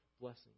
blessing